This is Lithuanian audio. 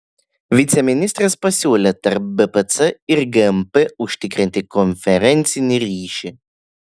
viceministras pasiūlė tarp bpc ir gmp užtikrinti konferencinį ryšį